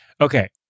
okay